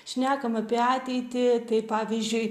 šnekam apie ateitį tai pavyzdžiui